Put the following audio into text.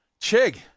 chig